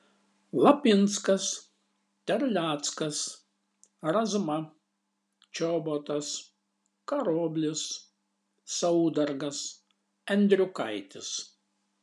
lapinskas terleckas razma čobotas karoblis saudargas endriukaitis